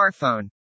smartphone